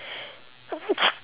iya